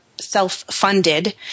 self-funded